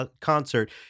concert